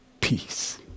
peace